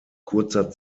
kurzer